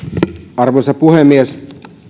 arvoisa puhemies